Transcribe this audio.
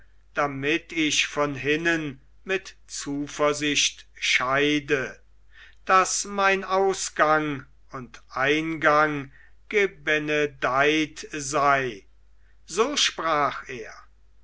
damit ich von hinnen mit zuversicht scheide daß mein ausgang und eingang gebenedeit sei so sprach er